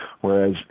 whereas